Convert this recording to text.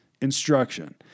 instruction